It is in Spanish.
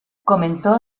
comentó